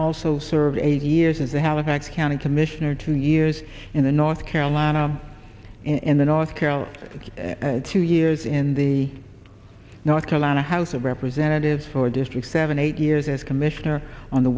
also served eight years as a halifax county commissioner two years in the north carolina in the north carolina two years in the north carolina house of representatives for district seven eight years as commissioner on the